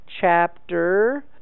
chapter